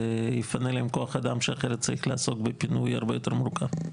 זה יפנה להם כוח אדם שאחרת יצטרך לעסוק בפינוי הרבה יותר מורכב.